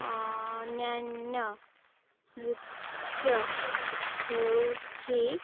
ଅନ୍ୟାନ୍ୟ ନୃତ୍ୟ ହେଉଛି